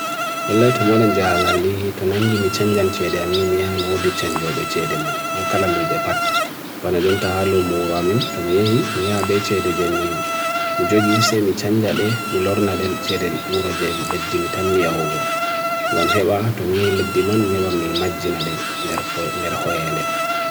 Lelai tumoran jahagali, to nangi mi chanjan chede amni mi ano di chanjo be chede man. Akala lube pat, banajon tahalo mooramin to miye hi, miye habe chede jemmi. Mi jogi ise mi chanjade, mi lorna del chede uro jemmi leddimita miya ho go. Gamheba to miye hi leddiman, mewa mi magi nade, nere hoi ele.